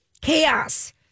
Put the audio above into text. chaos